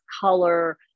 color